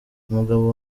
umugabo